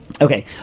Okay